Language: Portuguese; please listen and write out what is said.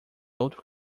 outro